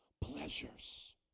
pleasures